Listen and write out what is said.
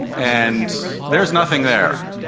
and there's nothing there.